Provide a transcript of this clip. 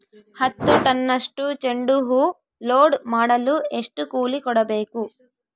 ಹತ್ತು ಟನ್ನಷ್ಟು ಚೆಂಡುಹೂ ಲೋಡ್ ಮಾಡಲು ಎಷ್ಟು ಕೂಲಿ ಕೊಡಬೇಕು?